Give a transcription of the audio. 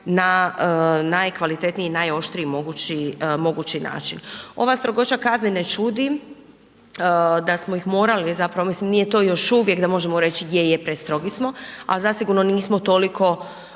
na najkvalitetniji i najoštriji mogući način. Ova strogoća kazne ne čudi da smo ih morali, mislim nije to još uvijek da možemo reći je, je prestrogi smo, ali zasigurno nismo toliko